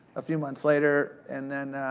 a few months later, and then,